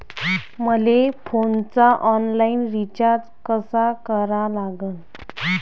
मले फोनचा online recharge कसा करा लागन?